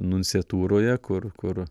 nunciatūroje kur kur